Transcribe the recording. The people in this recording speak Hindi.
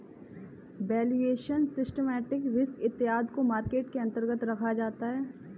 वैल्यूएशन, सिस्टमैटिक रिस्क इत्यादि को मार्केट के अंतर्गत रखा जाता है